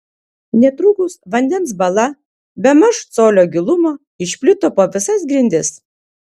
netrukus vandens bala bemaž colio gilumo išplito po visas grindis